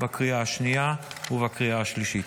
בקריאה השנייה ובקריאה השלישית.